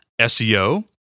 SEO